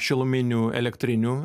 šiluminių elektrinių